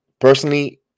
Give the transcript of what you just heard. Personally